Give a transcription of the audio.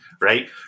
right